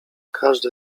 każdy